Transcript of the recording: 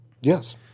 Yes